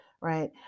right